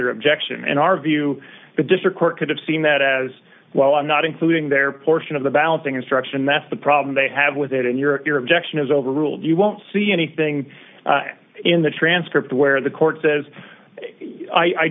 their objection and our view the district court could have seen that as well i'm not including their portion of the balloting instruction that's the problem they have with it in your objection is overruled you won't see anything in the transcript where the court says i